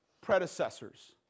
predecessors